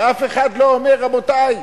ואף אחד לא אומר: עזבו,